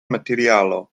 materialo